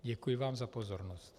Děkuji vám za pozornost.